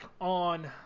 on